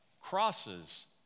crosses